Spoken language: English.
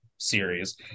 series